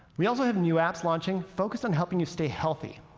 we also have new apps launching focused on helping you stay healthy.